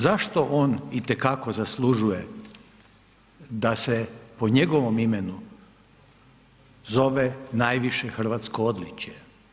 Zašto on itekako zaslužuje da se po njegovom imenu zove najviše hrvatsko odličje?